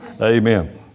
Amen